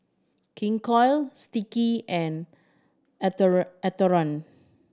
King Koil Sticky and Atherton